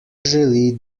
želi